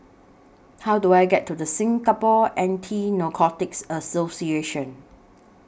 How Do I get to Singapore Anti Narcotics Association